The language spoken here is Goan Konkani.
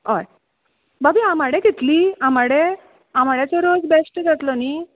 हय भाभी आंबाडे घेतली आंबाडे आंबाड्यांचो रोस बॅस्ट जातलो न्हय